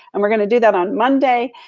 and we're gonna do that on monday.